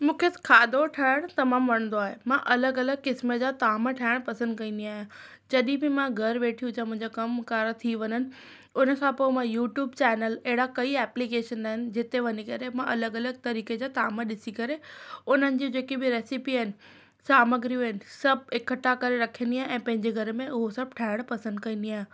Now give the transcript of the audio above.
मूंखे खाधो ठाहिणू तमामु वणंदो आहे मां अलॻि अलॻि क़िस्म जा ताम ठाहिणु पसंदि कंदी आहियां जॾहिं बि मां घरु वेठी हुजां मुंहिंजा कम कार थी वञनि उन खां पोइ मां यूट्यूब चैनल अहिड़ा कई एप्लीकेशन आहिनि जिते वञी करे मां अलॻि अलॻि तरीक़े जा ताम ॾिसी करे उन्हनि जेकी बि रेसिपी आहिनि सामग्रियूं आहिनि सभु इकठा करे रखंदी ऐं पंहिंजे घर में उहो सभु ठाहिण पसंदि कंदी आहियां